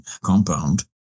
compound